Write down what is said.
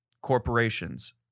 corporations